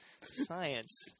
science